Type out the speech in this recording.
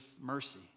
mercy